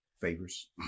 Favors